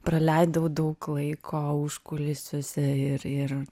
praleidau daug laiko užkulsiuose ir ir